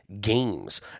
games